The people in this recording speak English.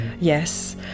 yes